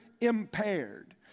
impaired